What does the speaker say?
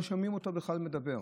לא שומעים אותו בכלל מדבר.